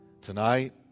tonight